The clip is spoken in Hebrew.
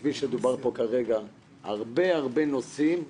כפי שדובר פה כרגע, הרבה נושאים לפנינו,